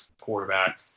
quarterback